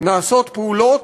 נעשות פעולות,